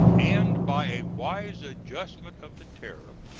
and by a wise adjustment of the tariff,